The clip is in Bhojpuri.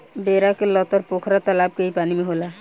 बेरा के लतर पोखरा तलाब के ही पानी में होला